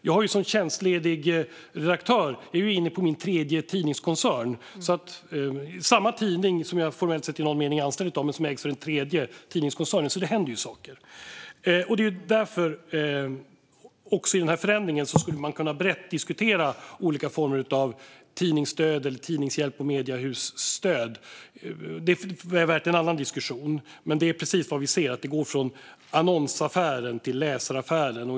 Jag är som tjänstledig redaktör inne på min tredje tidningskoncern. Det är samma tidning som jag formellt sett i någon mening är anställd av som ägs av den tredje tidningskoncernen. Det händer saker. I den förändringen skulle man brett kunna diskutera olika former av tidningsstöd, tidningshjälp och mediehusstöd. Det är värt en annan diskussion. Det är precis vad vi ser, att det går från annonsaffären till läsaraffären.